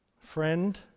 Friend